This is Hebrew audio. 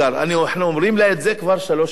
אנחנו אומרים לה את זה כבר שלוש שנים.